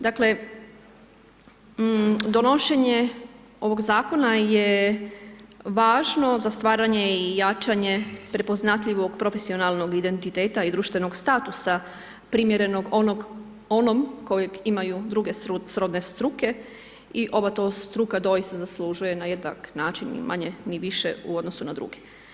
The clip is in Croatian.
Dakle, donošenje ovog Zakona je važno za stvaranje i jačanje prepoznatljivog profesionalnog identiteta i društvenog statusa primjerenog onom kojeg imaju druge srodne struke i ova to struka doista zaslužuje na jednak način, ni manje, ni više u odnosu na druge.